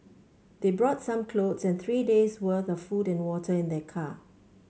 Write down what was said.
they brought some clothes and three days' worth of food and water in their car